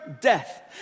death